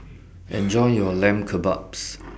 Enjoy your Lamb Kebabs